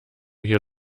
hier